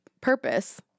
purpose